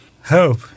help